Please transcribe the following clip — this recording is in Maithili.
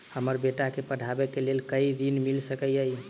हमरा बेटा केँ पढ़ाबै केँ लेल केँ ऋण मिल सकैत अई?